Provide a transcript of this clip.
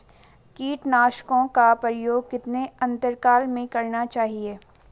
कीटनाशकों का प्रयोग कितने अंतराल में करना चाहिए?